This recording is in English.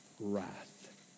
wrath